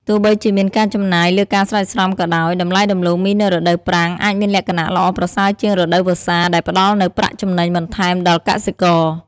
ទោះបីជាមានការចំណាយលើការស្រោចស្រពក៏ដោយ តម្លៃដំឡូងមីនៅរដូវប្រាំងអាចមានលក្ខណៈល្អប្រសើរជាងរដូវវស្សា ដែលផ្តល់នូវប្រាក់ចំណេញបន្ថែមដល់កសិករ។